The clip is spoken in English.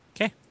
Okay